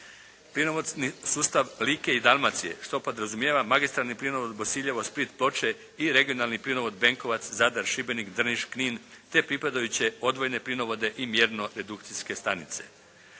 Plinovodni sustav Like i Dalmacije što podrazumijeva magistralni plinovod Bosiljevo-Split-Ploče i regionalni plinovod Benkovac-Zadar-Šibenik-Drniš-Knin te pripadajuće odvojne plinovode i mjerno redukcijske stanice.